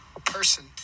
person